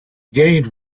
gained